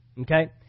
Okay